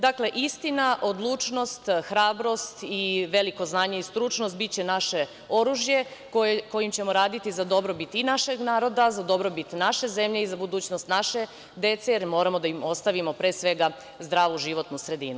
Dakle, istina, odlučnost, hrabrost i veliko znanje i stručnost biće naše oružje kojim ćemo raditi za dobrobit i našeg naroda, za dobrobit naše zemlje i za budućnost naše dece, jer moramo da im ostavimo pre svega zdravu životnu sredinu.